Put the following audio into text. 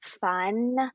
fun